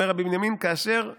"אומר רבי בנימין: כאשר שועל,